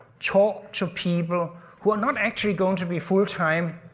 talk to people who are not actually going to be full time